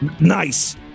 nice